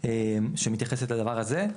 שמתייחסת לדבר הזה.